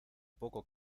poco